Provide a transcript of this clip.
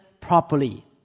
properly